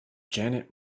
janet